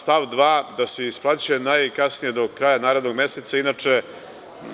Stav 2. – da se isplaćuje najkasnije do kraja narednog meseca, inače